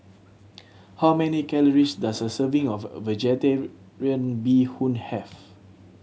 how many calories does a serving of Vegetarian Bee Hoon have